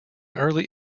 early